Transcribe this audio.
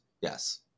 Yes